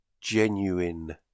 genuine